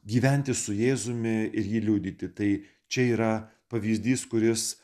gyventi su jėzumi ir jį liudyti tai čia yra pavyzdys kuris